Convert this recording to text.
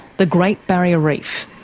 the great barrier reef,